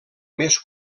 més